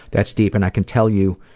that's deep and i can tell you